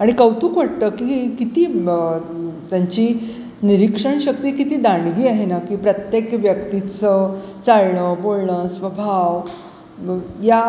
आणि कौतूक वाटतं की किती त्यांची निरीक्षण शक्ती किती दांडगी आहे ना की प्रत्येक व्यक्तीचं चाळणं बोळणं स्वभाव या